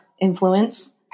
influence